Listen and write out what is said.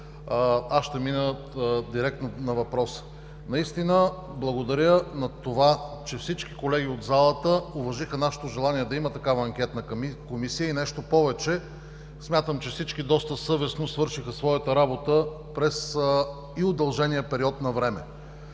ще мина директно на него. Благодаря за това, че всички колеги от залата уважиха нашето желание да има такава анкетна комисия и нещо повече, смятам, че всички доста съвестно свършиха своята работа през и удължения период на време.